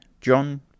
John